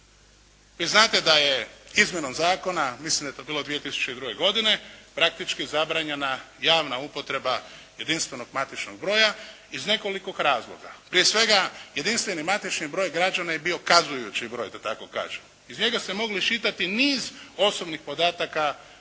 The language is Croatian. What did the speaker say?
Vi znate da je izmjenom zakona, mislim da je to bilo 2002. godine, praktički zabranjena javna upotreba jedinstvenog matičnog broja iz nekoliko razloga. Prije svega, jedinstveni matični broj građana je bio kazujući broj, da tako kažem. Iz njega ste mogli iščitati niz osobnih podataka o